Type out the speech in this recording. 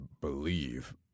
believe